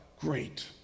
great